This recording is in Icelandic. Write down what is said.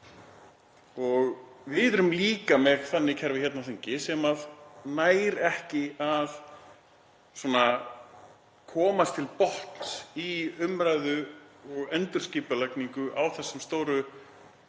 Við erum líka með þannig kerfi hérna á þingi, það næst ekki að komast til botns í umræðu og endurskipulagningu á þessum stóru